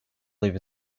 leave